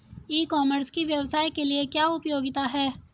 E commerce की व्यवसाय के लिए क्या उपयोगिता है?